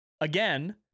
again